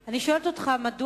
אני חושבת שזה ישמח אותך.